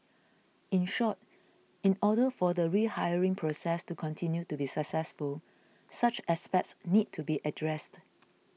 in short in order for the rehiring process to continue to be successful such aspects need to be addressed